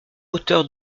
auteur